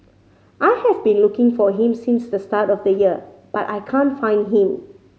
I have been looking for him since the start of the year but I can't find him